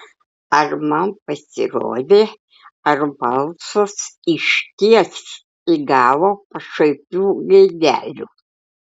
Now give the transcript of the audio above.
ar man pasirodė ar balsas išties įgavo pašaipių gaidelių